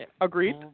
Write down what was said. Agreed